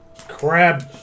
Crab